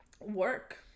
work